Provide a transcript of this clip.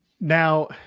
now